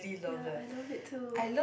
ya I love it too